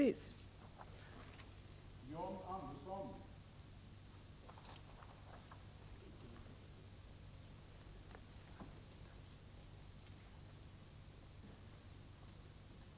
1986/87:119